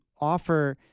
offer